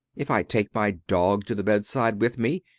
if i take my dog to the bedside with me,